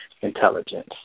intelligence